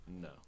No